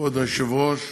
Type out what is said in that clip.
כבוד היושב-ראש,